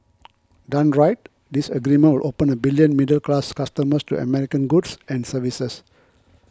done right this agreement will open a billion middle class customers to American goods and services